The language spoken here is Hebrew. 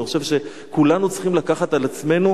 אני חושב שכולנו צריכים לקחת על עצמנו,